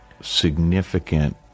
significant